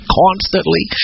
constantly